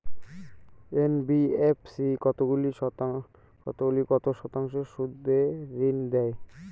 NBFC কতগুলি কত শতাংশ সুদে ঋন দেয়?